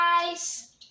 guys